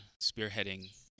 spearheading